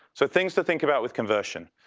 so things to think about with conversion.